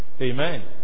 Amen